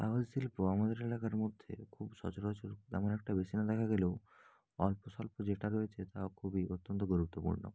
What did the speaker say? কাগজ শিল্প আমাদের এলাকার মধ্যে খুব সচরাচর তেমন একটা বেশি না দেখা গেলেও অল্প স্বল্প যেটা রয়েছে তা খুবই অত্যন্ত গুরুত্বপূর্ণ